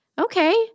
okay